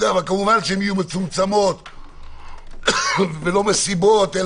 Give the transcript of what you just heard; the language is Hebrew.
כמובן שהן יהיו מצומצמות ולא מסיבות.